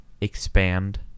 Expand